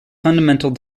fundamental